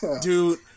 dude